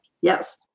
Yes